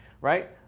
right